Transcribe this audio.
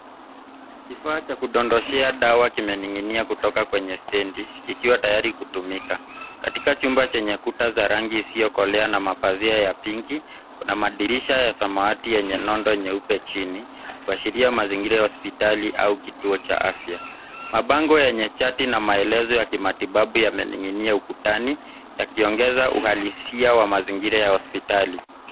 Kifaa cha kudondoshea dawa kimening’inia kutoka kwenye stendi, kikiwa tayari kutumika. Katika chumba chenye kuta za rangi isiyo kolea na mapazia ya pinki, kuna madirisha ya samawati yenye nondo nyeupe chini, kuashiria mazingira ya hospitali au kituo cha afya. Mabango yenye chati na maelezo ya kimatibabu yamening’inia ukutani, yakiongeza uhalisia wa mazingira ya hospitali.